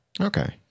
Okay